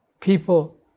people